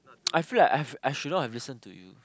I feel like I've should not have listened to you